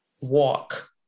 Walk